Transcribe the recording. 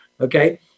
okay